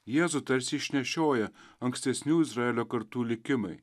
jėzų tarsi išnešioja ankstesnių izraelio kartų likimai